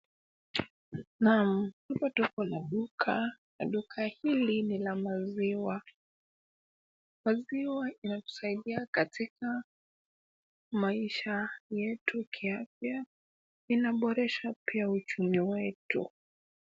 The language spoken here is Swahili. Naam! Hapa tuko na duka na duka hili ni la maziwa. Maziwa inatusaidia katika maisha yetu kiafya. Inaboresha pia uchumi wetu.